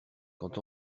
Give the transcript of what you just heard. quand